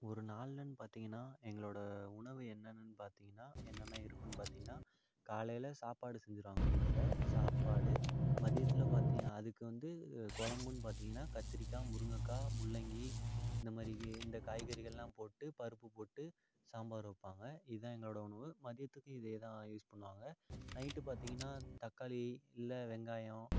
ஒரு நாள்லன்னு பார்த்திங்கன்னா எங்களோட உணவு என்னென்னன்னு பார்த்திங்கன்னா என்னென்ன இருக்குன்னு பார்த்திங்கன்னா காலையில் சாப்பாடு செஞ்சுருவாங்க வீட்டில சாப்பாடு மதியத்தில் பாத்திங்கன்னா அதுக்கு வந்து குலபுன்னு பார்த்திங்கன்னா கத்திரிக்காய் முருங்கக்காய் முள்ளங்கி இந்தமாதிரி இந்த காய்கறிகள்லாம் போட்டு பருப்பு போட்டு சாம்பார் வைப்பாங்க இதாக எங்களோட உணவு மதியத்துக்கு இதேதா யூஸ் பண்ணுவாங்க நைட்டு பார்த்திங்கன்னா தக்காளி இல்லை வெங்காயம்